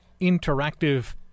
interactive